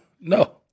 no